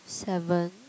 seven